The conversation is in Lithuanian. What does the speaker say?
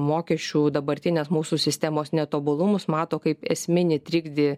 mokesčių dabartinės mūsų sistemos netobulumus mato kaip esminį trikdį